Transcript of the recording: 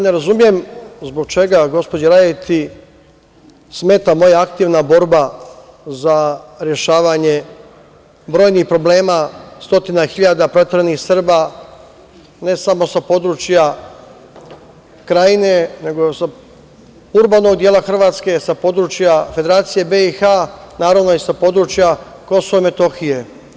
Ne razumem zbog čega gospođi Radeti smeta moja aktivna borba za rešavanje brojnih problema stotina hiljada proteranih Srba ne samo sa područja Krajine, nego sa urbanom dela Hrvatske, sa područja Federacije BiH, naravno i sa područja Kosova i Metohije.